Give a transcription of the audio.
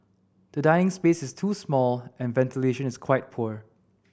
the dining space is too small and ventilation is quite poor